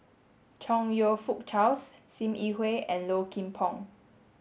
Chong You Fook Charles Sim Yi Hui and Low Kim Pong